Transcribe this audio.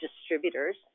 distributors